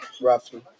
Roughly